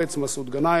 מסעוד גנאים,